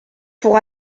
pour